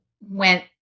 went